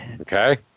Okay